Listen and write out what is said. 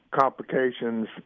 complications –